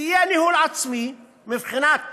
ויהיה ניהול עצמי, מבחינת